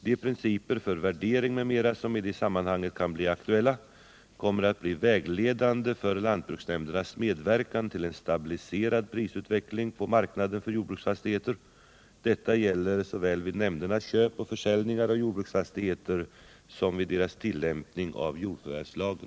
De principer för värdering m.m. som i det sammanhanget kan bli aktuella kommer att bli vägledande för lantbruksnämndernas medverkan till en stabiliserad prisutveckling på marknaden för jordbruksfastigheter. Detta gäller såväl vid nämndernas köp och försäljningar av jordbruksfastigheter som vid deras tillämpning av jordförvärvslagen.